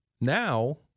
Now